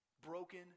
Broken